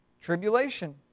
tribulation